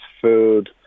food